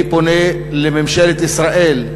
אני פונה לממשלת ישראל,